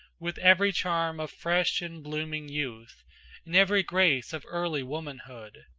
with every charm of fresh and blooming youth and every grace of early womanhood,